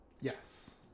Yes